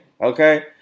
Okay